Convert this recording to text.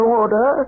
order